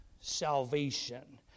salvation